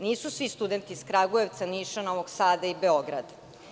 Nisu svi studentiiz Kragujevca, Niša, Novog Sada i Beograda.